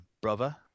brother